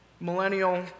millennial